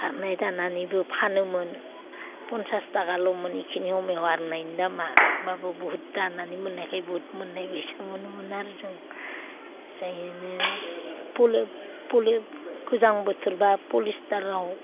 आर'नाय दानानैबो फानोमोन फनसास थाखाल'मोन बेखिनि समायाव आर'नायनि दामा होमबाबो बहुथ दानानै मोन्नायखाय बहुथ मोन्नाय बायदि मोनोमोन आरो जों जायनो गोजां बोथोर बा पलिस्टाराव